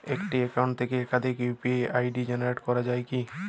একটি অ্যাকাউন্ট থেকে একাধিক ইউ.পি.আই জেনারেট করা যায় কি?